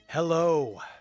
Hello